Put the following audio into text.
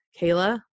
Kayla